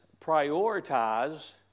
prioritize